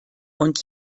und